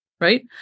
Right